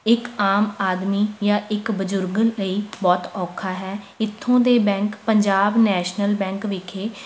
ਇੱਕ ਆਮ ਆਦਮੀ ਜਾਂ ਇੱਕ ਬਜ਼ੁਰਗ ਲਈ ਬਹੁਤ ਔਖਾ ਹੈ ਇੱਥੋਂ ਦੇ ਬੈਂਕ ਪੰਜਾਬ ਨੈਸ਼ਨਲ ਬੈਂਕ ਵਿਖੇ